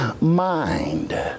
mind